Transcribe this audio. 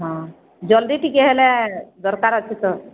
ହଁ ଜଲ୍ଦି ଟିକେ ହେଲେ ଦରକାର୍ ଅଛେ ତ